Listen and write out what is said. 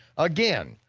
again,